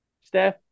Steph